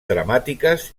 dramàtiques